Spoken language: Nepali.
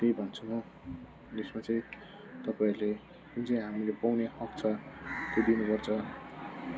त्यही भन्छु म लिस्टमा चाहिँ तपाईँहरूले जुन चाहिँ हामीले पाउने हक छ त्यो दिनुपर्छ